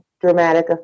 dramatic